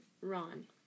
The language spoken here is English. Ron